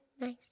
Nice